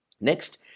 Next